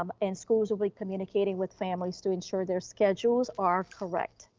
um and schools will be communicating with families to ensure their schedules are correct.